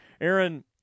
aaron